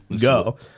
go